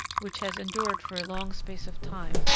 which has endured for a long space of time,